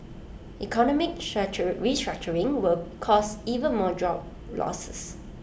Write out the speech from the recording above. economic restructuring will cause even more job losses